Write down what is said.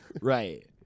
Right